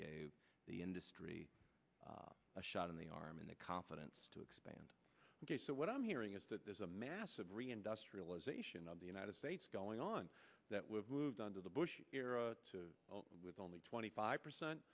gave the industry a shot in the arm and the confidence to expand what i'm hearing is that there's a massive reindustrialization of the united states going on that we have moved on to the bush era with only twenty five percent